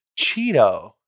Cheeto